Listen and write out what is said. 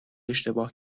اشتباه